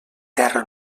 terra